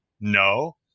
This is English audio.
No